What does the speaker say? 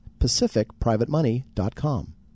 PacificPrivateMoney.com